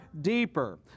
deeper